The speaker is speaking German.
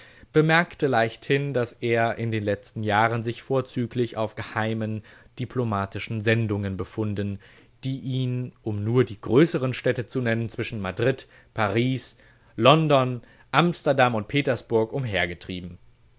bemerkte leichthin daß er in den letzten jahren sich vorzüglich auf geheimen diplomatischen sendungen befunden die ihn um nur die größern städte zu nennen zwischen madrid paris london amsterdam und petersburg